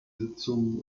sitzungen